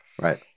Right